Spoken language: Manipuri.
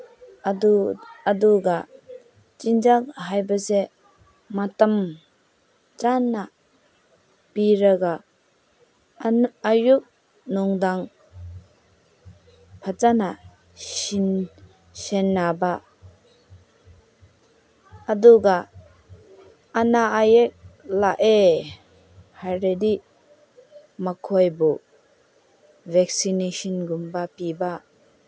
ꯑꯗꯨ ꯑꯗꯨꯒ ꯆꯤꯟꯖꯥꯛ ꯍꯥꯏꯕꯁꯦ ꯃꯇꯝ ꯆꯥꯅ ꯄꯤꯔꯒ ꯑꯌꯨꯛ ꯅꯨꯡꯗꯥꯡ ꯐꯖꯅ ꯁꯦꯟꯅꯕ ꯑꯗꯨꯒ ꯑꯅꯥ ꯑꯌꯦꯛ ꯂꯥꯛꯑꯦ ꯍꯥꯏꯔꯗꯤ ꯃꯈꯣꯏꯕꯨ ꯚꯦꯛꯁꯤꯅꯦꯁꯟꯒꯨꯝꯕ ꯄꯤꯕ